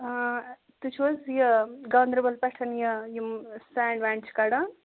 آ تُہۍ چھُو حظ یہِ گانٛدَربَل پٮ۪ٹھ یا یِم سینٛڈ وینٛڈ چھِ کَڈان